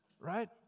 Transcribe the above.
right